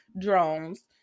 drones